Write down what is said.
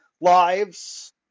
lives